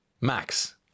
Max